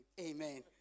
amen